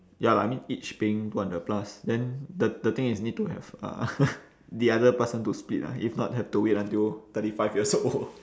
ya lah I mean each paying two hundred plus then the the thing is need to have uh the other person to split lah if not have to wait until thirty five years old